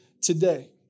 today